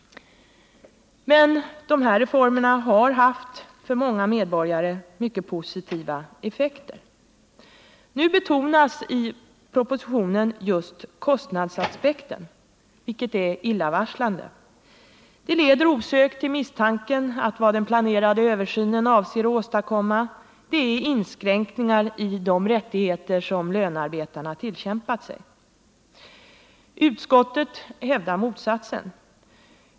Men dessa reformer har fått positiva effekter för många medborgare. I propositionen betonas just kostnadsaspekten, vilket är illavarslande. Det leder osökt till misstanken att vad den planerade översynen avser att åstadkomma är inskränkningar i de rättigheter som lönarbetarna tillkämpat sig. Utskottet hävdar motsatsen.